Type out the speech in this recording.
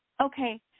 Okay